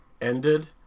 ended